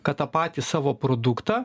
kad tą patį savo produktą